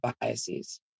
biases